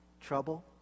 trouble